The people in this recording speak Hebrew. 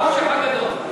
בחושך הגדול.